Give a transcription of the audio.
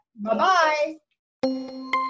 Bye-bye